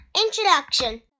Introduction